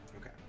Okay